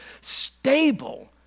stable